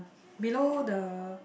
below the